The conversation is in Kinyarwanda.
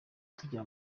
tugira